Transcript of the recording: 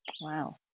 Wow